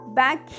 back